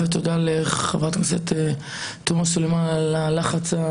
ותודה לחה"כ תומא סלימאן על הלחץ על